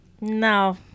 No